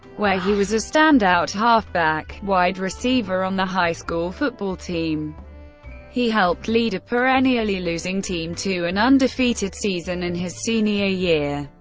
where he was a standout halfback wide receiver on the high school football team he helped lead a perennially losing team to an undefeated season in his senior year.